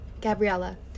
Gabriella